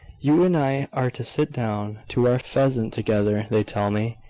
you and i are to sit down to our pheasant together, they tell me.